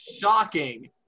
Shocking